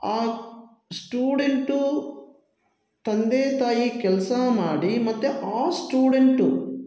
ಆ ಸ್ಟೂಡೆಂಟೂ ತಂದೆ ತಾಯಿ ಕೆಲಸ ಮಾಡಿ ಮತ್ತು ಆ ಸ್ಟೂಡೆಂಟು